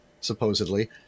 supposedly